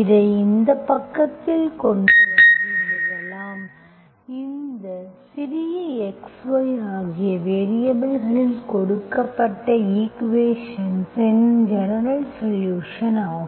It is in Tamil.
இதை இந்த பக்கத்தில் கொண்டு வந்து இதை எழுதலாம் இது சிறிய x y ஆகிய வேரியபல்களில் கொடுக்கப்பட்ட ஈக்குவேஷன்ஸ் இன் ஜெனரல்சொலுஷன்ஸ் ஆகும்